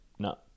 no